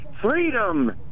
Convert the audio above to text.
freedom